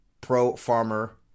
pro-farmer